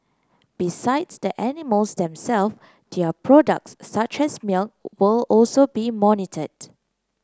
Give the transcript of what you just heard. besides the animals them self their products such as milk will also be monitored